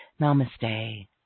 Namaste